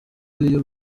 iyo